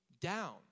down